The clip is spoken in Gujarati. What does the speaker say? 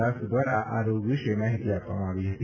દાસ દ્વારા આ રોગ વિશે માહિતી આપવામાં આવી હતી